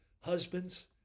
husbands